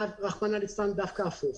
רחמנא ליצלן, דווקא הפוך.